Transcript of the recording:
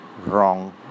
wrong